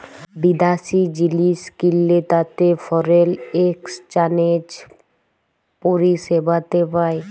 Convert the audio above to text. বিদ্যাশি জিলিস কিললে তাতে ফরেল একসচ্যানেজ পরিসেবাতে পায়